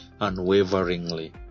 unwaveringly